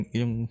yung